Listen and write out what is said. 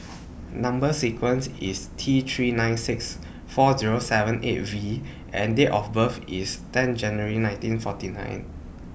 Number sequence IS T three nine six four Zero seven eight V and Date of birth IS ten January nineteen forty nine